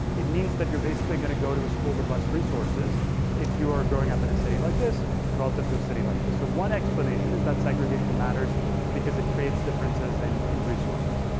it means that you're basically gonna go to a school with less resources if you're growing up in a city like this relative to a city like this. so one explanation is that segregation matters because it creates differences and in resources.